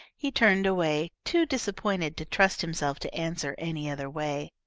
he turned away, too disappointed to trust himself to answer any other way.